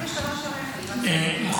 ב-15:00.